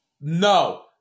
No